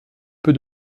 peu